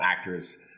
actors